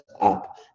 up